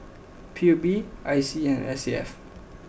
P U B I C and S A F